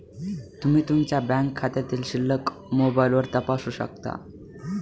तुम्ही तुमच्या बँक खात्यातील शिल्लक मोबाईलवर तपासू शकता